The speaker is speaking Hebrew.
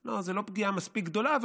לא, זו לא פגיעה מספיק גדולה.